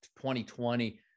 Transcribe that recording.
2020